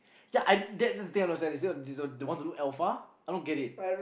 ya I that that's the thing I don't understand they want that look alpha I don't get it